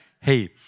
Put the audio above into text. Hey